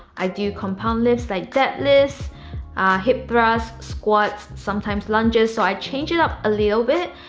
i do compound lifts like, deadlifts, hip thrusts, squats, sometimes lunges. so i change it up a little bit,